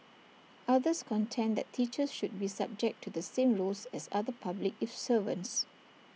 others contend that teachers should be subject to the same rules as other public if servants